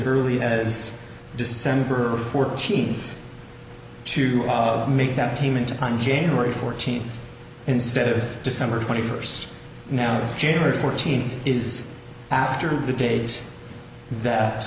early as december fourteenth to make that payment on january fourteenth instead of december twenty first now january fourteenth is after the date that